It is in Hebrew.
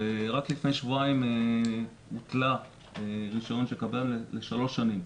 ורק לפני שבועיים הותלה רישיון של קבלן לשלוש שנים.